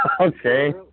Okay